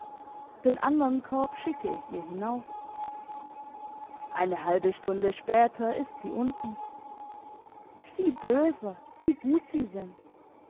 den andern korb schicke ich ihr hinauf eine halbe stunde später ist sie unten sie böser wie gut sie sind